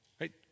Right